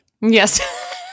Yes